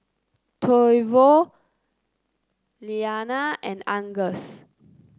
Toivo Iliana and Angus